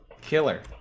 killer